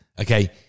okay